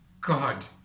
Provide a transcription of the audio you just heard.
God